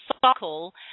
cycle